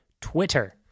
Twitter